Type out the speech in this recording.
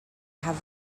have